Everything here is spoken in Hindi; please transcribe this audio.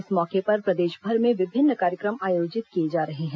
इस मौके पर प्रदेशभर में विभिन्न कार्यक्रम आयोजित किए जा रहे हैं